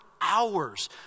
hours